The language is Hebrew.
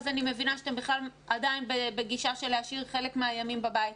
אז אני מבינה שאתם בכלל עדיין בגישה של להשאיר חלק מהימים בבית.